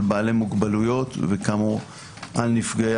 על בעלי מוגבלויות וכאמור על נפגעי